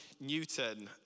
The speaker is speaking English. Newton